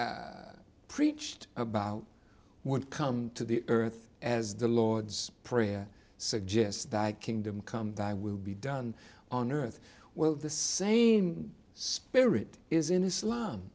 preached about would come to the earth as the lord's prayer suggests that kingdom come thy will be done on earth well the same spirit is in islam